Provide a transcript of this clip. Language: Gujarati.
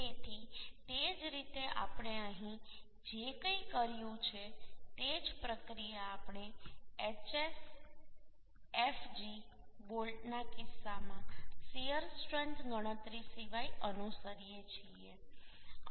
તેથી તે જ રીતે આપણે અહીં જે કંઈ કર્યું છે તે જ પ્રક્રિયા આપણે HSFG બોલ્ટના કિસ્સામાં શીયર સ્ટ્રેન્થ ગણતરી સિવાય અનુસરીએ છીએ